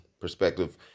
perspective